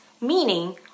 meaning